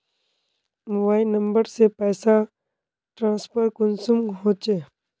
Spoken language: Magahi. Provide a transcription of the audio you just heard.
मोबाईल नंबर से पैसा ट्रांसफर कुंसम होचे?